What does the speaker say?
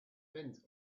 dense